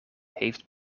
heeft